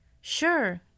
Sure